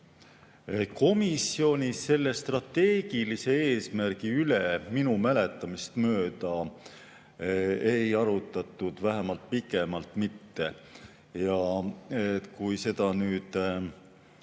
Komisjonis selle strateegilise eesmärgi üle minu mäletamist mööda ei arutletud, vähemalt pikemalt mitte. Ja kui seda nüüd